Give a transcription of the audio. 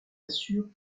assure